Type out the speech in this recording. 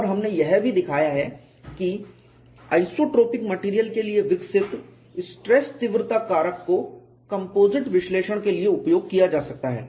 और हमने यह भी दिखाया है कि आइसोट्रोपिक मेटेरियल के लिए विकसित स्ट्रेस तीव्रता कारक को कंपोजिट विश्लेषण के लिए उपयोग किया जा सकता है